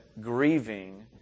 grieving